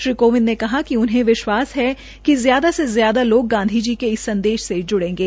श्री कोविंद ने कहा कि उन्हें विश्वास है कि ज्यादा से ज्यादा लोग महात्मा गांधी जी के इस संदेश से जुड़ेंगे